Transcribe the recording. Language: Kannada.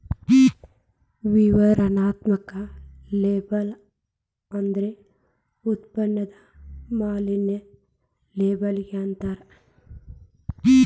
ವಿವರಣಾತ್ಮಕ ಲೇಬಲ್ ಅಂದ್ರ ಉತ್ಪನ್ನದ ಮ್ಯಾಲಿನ್ ಲೇಬಲ್ಲಿಗಿ ಅಂತಾರ